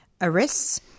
arrests